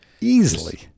Easily